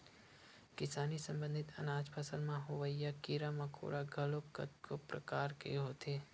किसानी संबंधित अनाज फसल म होवइया कीरा मकोरा घलोक कतको परकार के होथे